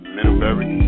Middlebury